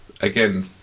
again